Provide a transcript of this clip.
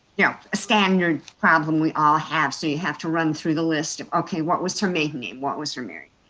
you know, a standard problem we all have. so you have to run through the list of, okay, what was her maiden name, what was her married